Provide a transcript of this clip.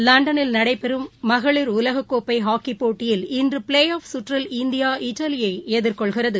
லண்டனில் நடைபெறும் மகளிர் உலகக்கோப்பைஹாக்கிப் போட்டியில் இன்றுபிளேஆஃப் கற்றில் இந்தியா இத்தாலியைஎதிர்கொள்கிறது